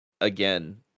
again